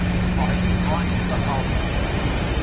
if i try the housekeeper.